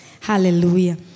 Hallelujah